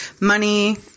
Money